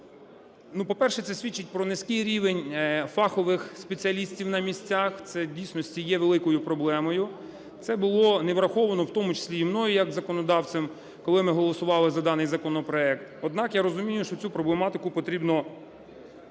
По-перше, це свідчить про низький рівень фахових спеціалістів на місцях, це в дійсності є великою проблемою. Це було не враховано в тому числі і мною як законодавцем, коли ми голосували за даний законопроект. Однак я розумію, що цю проблематику потрібно врегульовувати